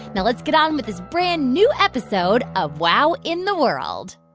now let's get on with this brand-new episode of wow in the world